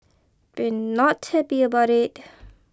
they're not happy about it